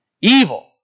Evil